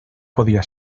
podia